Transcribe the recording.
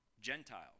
Gentiles